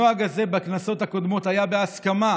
הנוהג הזה בכנסות הקודמות היה בהסכמה